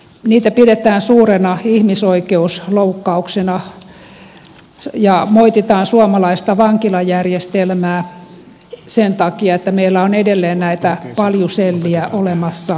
niitä pidetään suurena ihmisoikeusloukkauksena ja moititaan suomalaista vankilajärjestelmää sen takia että meillä on edelleen näitä paljusellejä olemassa